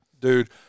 dude